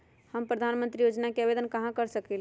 हम प्रधानमंत्री योजना के आवेदन कहा से कर सकेली?